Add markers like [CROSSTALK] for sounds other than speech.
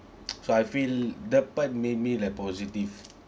[NOISE] so I feel that part made me like positive